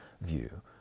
view